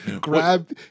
Grab